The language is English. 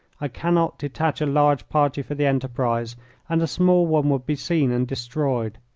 i cannot detach a large party for the enterprise and a small one would be seen and destroyed.